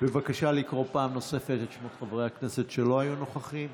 בבקשה לקרוא פעם נוספת בשמות חברי הכנסת שלא היו נוכחים.